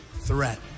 threat